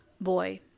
Boy